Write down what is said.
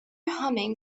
humming